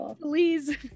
Please